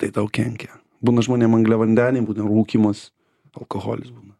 tai tau kenkia žmonėm angliavandeniai būna rūkymas alkoholis būna